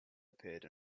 appeared